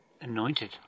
Anointed